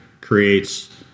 creates